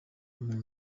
mpamvu